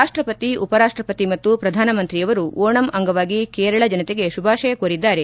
ರಾಷ್ಲಪತಿ ಉಪರಾಷ್ಲಪತಿ ಮತ್ತು ಪ್ರಧಾನಮಂತ್ರಿಯವರು ಓಣಂ ಅಂಗವಾಗಿ ಕೇರಳ ಜನತೆಗೆ ಶುಭಾಶಯ ಕೋರಿದ್ದಾರೆ